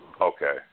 Okay